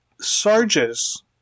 Sarge's